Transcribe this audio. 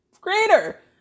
greater